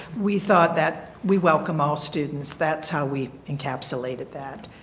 we thought that we welcome all students. that is how we encapsulated that.